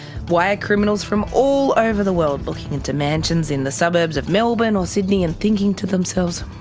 why are criminals from all over the world looking into mansions in the suburbs of melbourne or sydney and thinking to themselves,